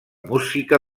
música